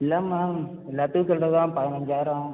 இல்லை மேம் எல்லோத்துக்கும் சொல்கிறது தான் பதினைஞ்சாயிரம்